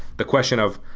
the question of,